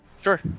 Sure